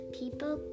people